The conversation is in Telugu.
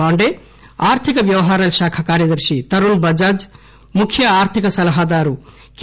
పాండే ఆర్థిక వ్భవహారాల శాఖ కార్యదర్శి తరుణ్ బజాజ్ ముఖ్య ఆర్థిక సలహా దారు కె